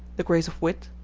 the grace of wit,